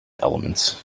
elements